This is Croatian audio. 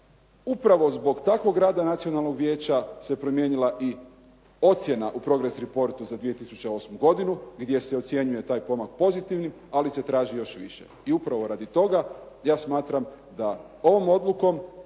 upravo zbog takvog rada Nacionalnog vijeća se promijenila i ocjena u "progres reportu" za 2008. godinu gdje se ocjenjuje taj pomak pozitivnim ali se traži još više. I upravo radi toga ja smatram da ovom odlukom